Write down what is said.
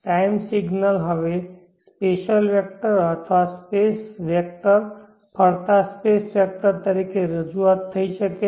time signal હવે special vector અથવા space vector ફરતા સ્પેસ વેક્ટર તરીકે રજૂ થઈ શકે છે